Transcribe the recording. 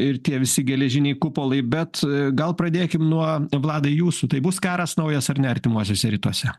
ir tie visi geležiniai kupolai bet gal pradėkim nuo vladai jūsų tai bus karas naujas ar ne artimuosiuose rytuose